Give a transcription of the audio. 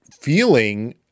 feeling